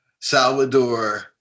Salvador